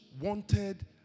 wanted